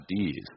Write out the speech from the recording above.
ideas